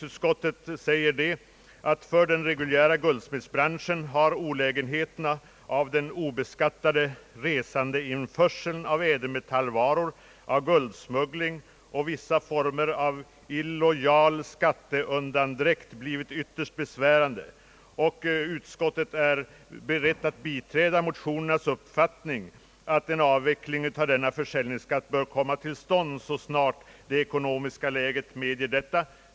Utskottet skriver: »För den reguljära guldsmedsbranschen har olägenheterna av den obeskattade resandeinförseln av ädelmetallvaror, av guldsmuggling och vissa former av illojal skatteundandräkt blivit ytterst besvärande.» Utskottet är berett att biträda motionärernas uppfattning att en avveckling av försäljningsskatten bör komma till stånd så snart det ekonomiska läget medger detta.